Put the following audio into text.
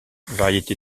variété